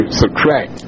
subtract